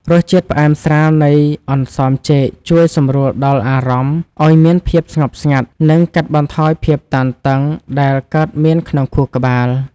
រសជាតិផ្អែមស្រាលនៃអន្សមចេកជួយសម្រួលដល់អារម្មណ៍ឱ្យមានភាពស្ងប់ស្ងាត់ និង កាត់បន្ថយភាពតានតឹងដែលកើតមានក្នុងខួរក្បាល។